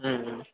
മ് മ്